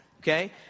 okay